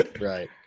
right